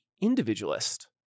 individualist